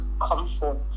comfort